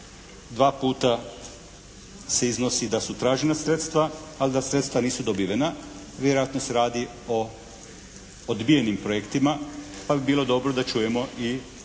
dva puta se iznosi da su tražena sredstva ali da sredstva nisu dobivena. Vjerojatno se radi o odbijenim projektima pa bi bilo dobro da čujemo i zašto